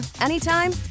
anytime